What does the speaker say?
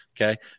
Okay